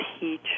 teach